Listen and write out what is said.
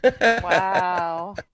Wow